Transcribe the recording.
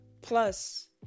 plus